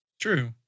true